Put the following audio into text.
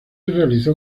realizó